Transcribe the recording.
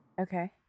Okay